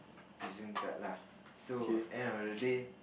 prison guard lah so end of the day